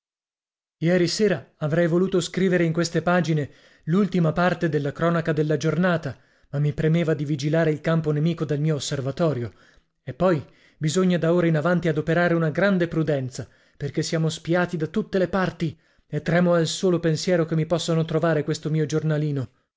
ieri sera avrei voluto scrivere in queste pagine l'ultima parte della cronaca della giornata ma mi premeva di vigilare il campo nemico dal mio osservatorio e poi bisogna da ora in avanti adoperare una grande prudenza perché siamo spiati da tutte le parti e tremo al solo pensiero che mi possano trovare questo mio giornalino